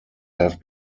have